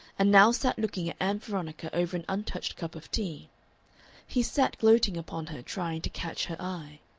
and now sat looking at ann veronica over an untouched cup of tea he sat gloating upon her, trying to catch her eye.